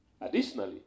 Additionally